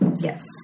Yes